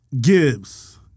Gibbs